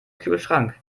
kühlschrank